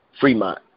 Fremont